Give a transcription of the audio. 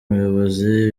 muyobozi